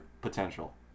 potential